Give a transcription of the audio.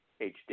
HD